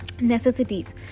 necessities